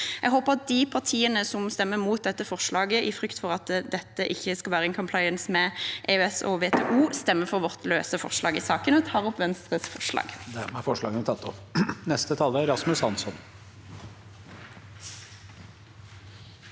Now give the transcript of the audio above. Jeg håper at de partiene som er mot dette forslaget i frykt for at dette ikke skal være «in compliance» med EØS og WTO, stemmer for vårt løse forslag i saken. Jeg tar opp Venstres forslag.